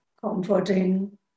comforting